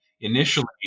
initially